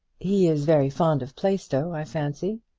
he is very fond of plaistow, i fancy.